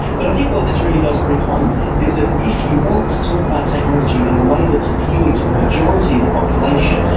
but i think what this really does bring home is that if you want to talk about technology in a way that is appealing to the majority of the population,